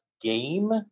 game